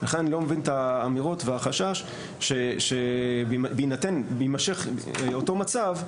לכן אני לא מבין את האמירות והחשש שבהימשך אותו מצב,